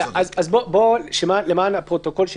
למען הפרוטוקול,